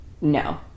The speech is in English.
no